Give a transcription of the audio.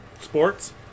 Sports